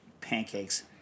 Pancakes